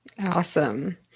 Awesome